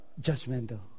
judgmental